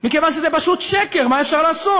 מכיוון שזה פשוט שקר, מה אפשר לעשות.